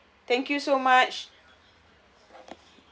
thank you so much